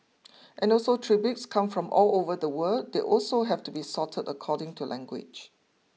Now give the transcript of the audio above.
and also tributes come from all over the world they also have to be sorted according to language